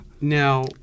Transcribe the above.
Now